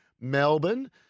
Melbourne